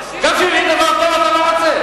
תשאירו את זה, גם כשמביאים דבר טוב אתה לא רוצה?